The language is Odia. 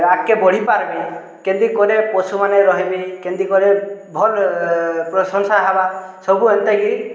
ଆଗ୍କେ ବଢ଼ିପାରବେ କେମ୍ତି କଲେ ପଶୁମାନେ ରହିବେ କେମ୍ତି କଲେ ଭଲ୍ ପ୍ରଶଂସା ହେବା ସବୁ ଏନ୍ତା କି